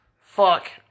fuck